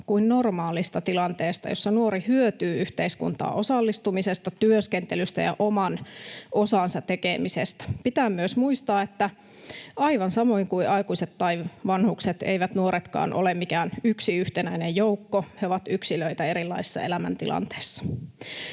kuin normaalista tilanteesta, jossa nuori hyötyy yhteiskuntaan osallistumisesta, työskentelystä ja oman osansa tekemisestä. Pitää myös muistaa, että aivan samoin kuin aikuiset tai vanhukset, eivät nuoretkaan ole mikään yksi yhtenäinen joukko. He ovat yksilöitä erilaisissa elämäntilanteissa.